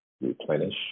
replenish